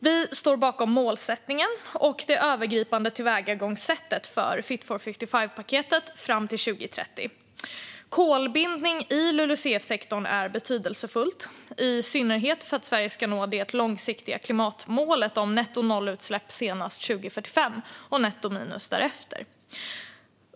Vi står bakom målsättningen och det övergripande tillvägagångssättet för Fit for 55-paketet fram till 2030. Kolbindning i LULUCF-sektorn är betydelsefullt, i synnerhet för att Sverige ska nå det långsiktiga klimatmålet om nettonollutsläpp senast 2045 och nettominus därefter.